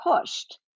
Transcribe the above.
pushed